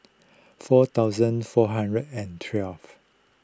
four thousand four hundred and twelve